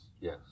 Yes